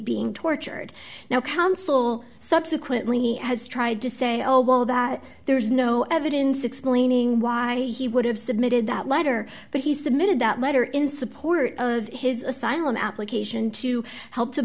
being tortured now counsel subsequently has tried to say oh well that there's no evidence explaining why he would have submitted that letter but he submitted that letter in support of his asylum application to help to